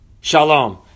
shalom